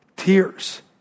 tears